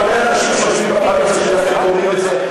כולל אנשים שיושבים בקואליציה שלכם ואומרים את זה,